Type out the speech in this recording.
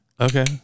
Okay